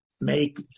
make